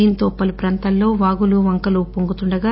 దీంతో పలు ప్రాంతాల్లో వాగులు వంకలు ఉప్పొంగుతుండగా